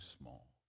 small